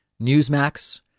Newsmax